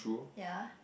ya